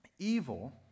Evil